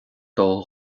dul